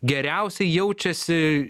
geriausiai jaučiasi